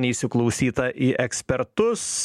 neįsiklausyta į ekspertus